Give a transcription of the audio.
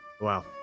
wow